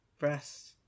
Rest